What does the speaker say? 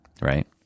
Right